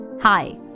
Hi